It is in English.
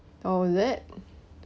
oh is it